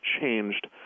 changed